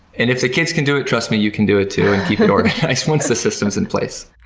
and if the kids can do it, trust me, you can do it too, and keep it organized once the system is in place.